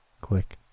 click